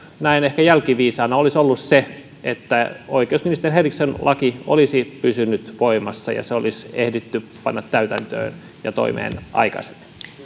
näin ehkä jälkiviisaana olisi ollut se että oikeusministeri henrikssonin laki olisi pysynyt voimassa ja se olisi ehditty panna täytäntöön ja toimeen aikaisemmin